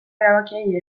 erabakiei